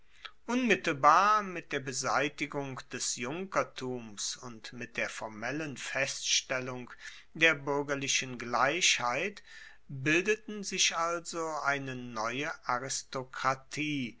unmittelbar mit der beseitigung des junkertums und mit der formellen feststellung der buergerlichen gleichheit bildeten sich also eine neue aristokratie